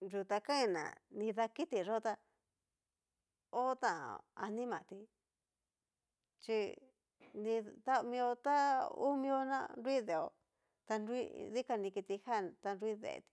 Yu ta kain na nida kiti yó ta hotan animatí, chi mita mio ta nrui deeó ta dikani kitijan nrui deeti